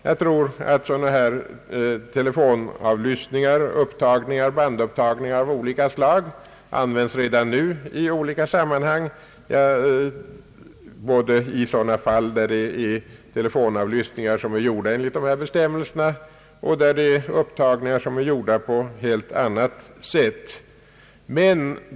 Jag tror att dylika telefonavlyssningar och bandupptagningar av olika slag används redan nu i olika sammanhang, både när det rör sig om telefonavlyssningar gjorda enligt dessa bestämmelser och upptagningar som är gjorda på ett helt annat sätt.